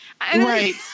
Right